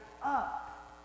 up